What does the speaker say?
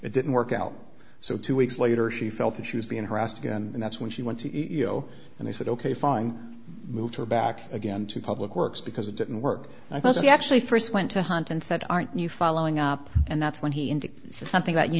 it didn't work out so two weeks later she felt that she was being harassed again and that's when she went to e o and they said ok fine moved her back again to public works because it didn't work i thought she actually first went to hunt and said aren't you following up and that's when he indicated something that you